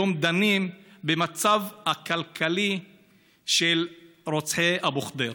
היום דנים במצב הכלכלי של רוצחי אבו ח'דיר.